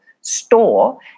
store